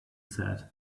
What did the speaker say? said